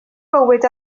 bywyd